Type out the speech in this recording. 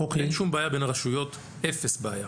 אין שום בעיה בין הרשויות, אפס בעיה.